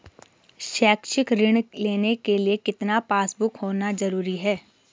शैक्षिक ऋण लेने के लिए कितना पासबुक होना जरूरी है?